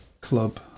club